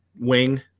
wing